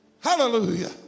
Hallelujah